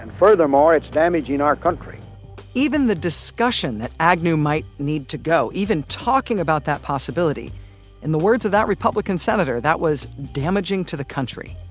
and furthermore, it's damaging our country even the discussion that agnew might need to go even talking about that possibility in the words of that republican senator, that was damaging to the country